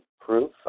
proof